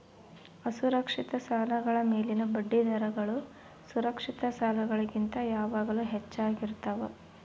ಅಸುರಕ್ಷಿತ ಸಾಲಗಳ ಮೇಲಿನ ಬಡ್ಡಿದರಗಳು ಸುರಕ್ಷಿತ ಸಾಲಗಳಿಗಿಂತ ಯಾವಾಗಲೂ ಹೆಚ್ಚಾಗಿರ್ತವ